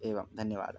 एवं धन्यवादः